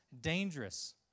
dangerous